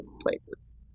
places